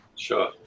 Sure